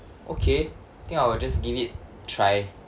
okay I think I will just give it try